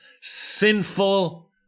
sinful